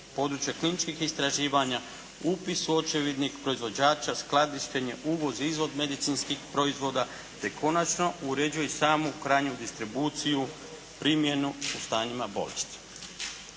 područje kliničkih istraživanja, upis u očevidnik proizvođača, skladištenje, uvoz i izvoz medicinskih proizvoda te konačno uređuje i samu krajnju distribuciju, primjenu u stanjima bolesti.